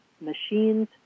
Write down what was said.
machines